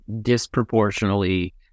disproportionately